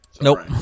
Nope